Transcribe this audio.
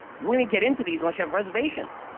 you wouldn't get into these unless you have reservations.